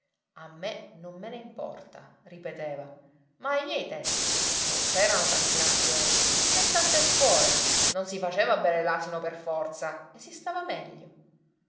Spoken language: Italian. a me non me ne importa ripeteva ma ai miei tempi non c'erano tanti lampioni né tante scuole non si faceva bere l'asino per forza e si stava meglio